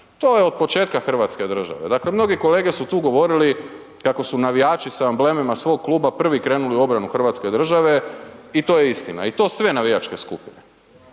to je otpočetka hrvatske države. Dakle mnogi kolege su tu govorili kako su navijači sa amblemima svog kluba prvi krenuli u obrani hrvatske države i to je istina i to sve navijačke skupine.